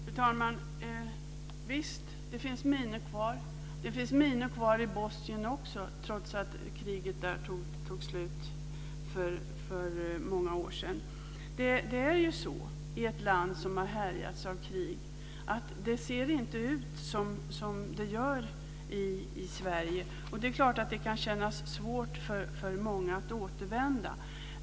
Fru talman! Visst - det finns minor kvar. Det finns minor kvar i Bosnien också trots att kriget där tog slut för många år sedan. I ett land som har härjats av krig ser det inte ut som det gör i Sverige, och det är klart att det kan kännas svårt för många att återvända.